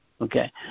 Okay